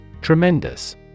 Tremendous